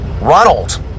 Ronald